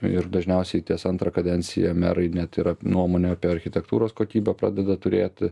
ir dažniausiai ties antra kadencija merai net ir nuomonę apie architektūros kokybę pradeda turėti